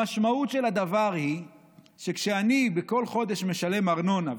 המשמעות של הדבר היא שכשאני בכל חודש משלם ארנונה,